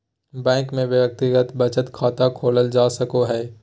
bank में व्यक्तिगत बचत खाता खोलल जा सको हइ